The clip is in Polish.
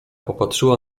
popatrzyła